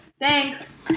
Thanks